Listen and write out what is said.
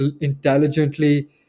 intelligently